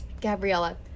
Gabriella